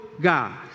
God